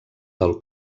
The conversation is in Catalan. del